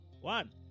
One